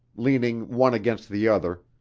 leaning one against the other,